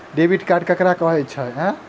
Debit card ककरा कहै छै?